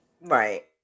Right